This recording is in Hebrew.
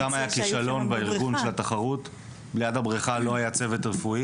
שם היה כישלון בארגון של התחרות כי ליד הבריכה לא היה צוות רפואי,